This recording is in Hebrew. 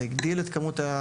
זה הגדיל את כמות הקטינים.